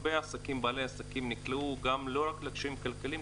הרבה בעלי עסקים נקלעו לא רק לקשיים כלכליים,